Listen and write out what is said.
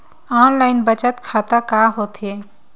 Online बचत खाता का होथे?